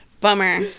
bummer